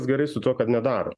gerai su tuo kad nedaro